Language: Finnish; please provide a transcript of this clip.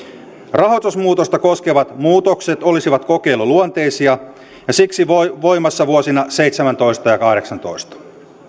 rahoitusmuutosta koskevat muutokset olisivat kokeiluluonteisia ja siksi voimassa vuosina seitsemäntoista ja kahdeksantoista